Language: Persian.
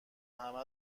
همه